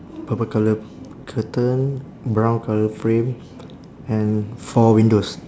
purple colour curtain brown colour frame and four windows